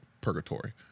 purgatory